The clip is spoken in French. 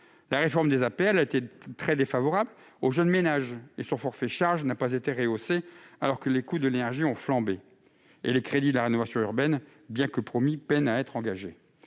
au logement (APL) a été très défavorable aux jeunes ménages et son forfait « charges » n'a pas été rehaussé, alors que les coûts de l'énergie ont flambé. Enfin, les crédits de la rénovation urbaine, bien que promis, peinent à être engagés.